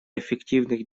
эффективных